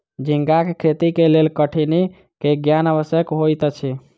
झींगाक खेती के लेल कठिनी के ज्ञान आवश्यक होइत अछि